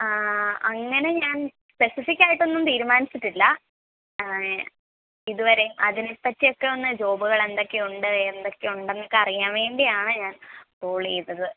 അങ്ങനെ ഞാൻ സ്പെസിഫിക് ആയിട്ടൊന്നും തീരുമാനിച്ചിട്ടില്ല ഇതുവരയും അതിനെപ്പറ്റിയൊക്കെയൊന്ന് ജോബുകൾ എന്തൊക്കെയുണ്ട് എന്തൊക്കെയുണ്ടെന്നു അറിയാൻ വേണ്ടിയാണ് ഞാൻ കോൾ ചെയ്തത്